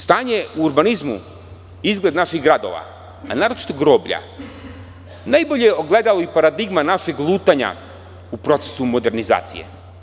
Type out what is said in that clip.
Stanje u urbanizmu, izgled naših gradova, a naročito groblja, najbolje ogledalo i paradigma našeg lutanja u procesu modernizacije.